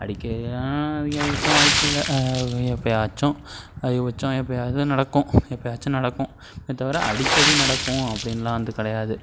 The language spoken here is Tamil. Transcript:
அடிக்கு அதிக அதிகப்பட்சம் வாய்ப்பில்லை எப்பையாச்சும் அதிகப்பட்சம் எப்படியாது நடக்கும் எப்பையாச்சு நடக்கும் ஏ தவிர அடிக்கடி நடக்கும் அப்படின்லாம் வந்து கிடையாது